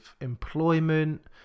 employment